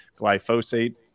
Glyphosate